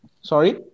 Sorry